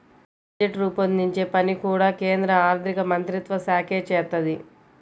budget రూపొందించే పని కూడా కేంద్ర ఆర్ధికమంత్రిత్వశాఖే చేత్తది